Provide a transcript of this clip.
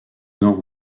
nord